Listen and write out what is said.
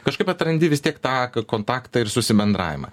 kažkaip atrandi vis tiek tą ka kontaktą ir susibendravimą